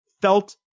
felt